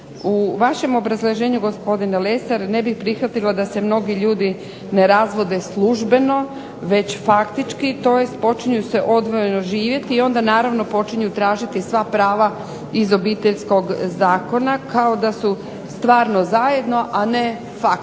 U vašem obrazloženju gospodine Lesar ne bi prihvatila da se mnogi ljudi ne razvode službeno već faktički, tj. počinju se odvojeno živjeti i onda naravno počinju tražiti sva prava iz Obiteljskog zakona kao da su stvarno zajedno, a ne faktički